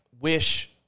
wish